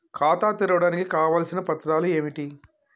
ఖాతా తెరవడానికి కావలసిన పత్రాలు ఏమిటి?